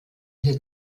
der